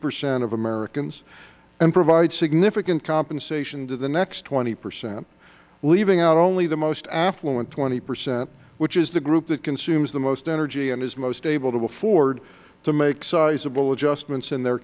percent of americans and provide significant compensation to the next twenty percent leaving out only the most affluent twenty percent which is the group that consumes the most energy and is most able to afford to make sizeable adjustments in their